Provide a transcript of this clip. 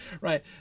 Right